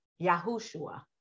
Yahushua